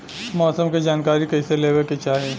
मौसम के जानकारी कईसे लेवे के चाही?